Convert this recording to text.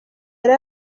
yari